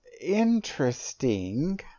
interesting